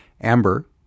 Amber